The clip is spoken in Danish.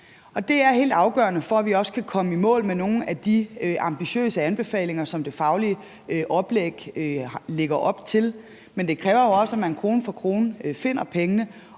Det er helt afgørende for, at vi også kan komme i mål med nogle af de ambitiøse anbefalinger, som det faglige oplæg lægger op til. Men det kræver jo også, at man krone for krone finder pengene.